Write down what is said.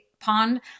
pond